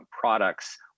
products